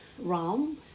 realm